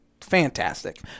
fantastic